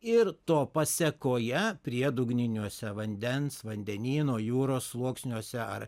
ir to pasekoje priedugniniuose vandens vandenyno jūros sluoksniuose ar